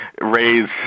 raise